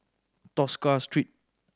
Tosca Street